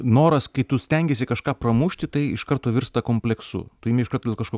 noras kai tu stengiesi kažką pramušti tai iš karto virsta kompleksu tu imi iš karto dėl kažko